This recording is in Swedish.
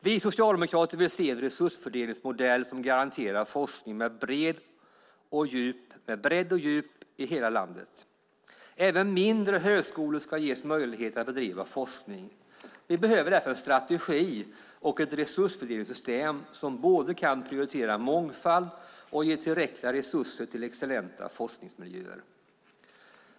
Vi socialdemokrater vill se en resursfördelningsmodell som garanterar forskning med bredd och djup i hela landet. Även mindre högskolor ska ges möjligheter att bedriva forskning. Vi behöver därför en strategi och ett resursfördelningssystem som både kan prioritera mångfald och ge tillräckliga resurser till excellenta forskningsmiljöer.